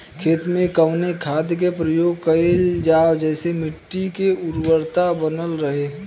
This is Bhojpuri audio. खेत में कवने खाद्य के प्रयोग कइल जाव जेसे मिट्टी के उर्वरता बनल रहे?